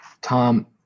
Tom